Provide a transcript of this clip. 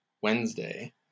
Wednesday